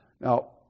Now